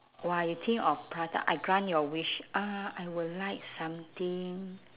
!wah! you think of prata I grant your wish ah I would like something